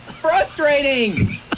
frustrating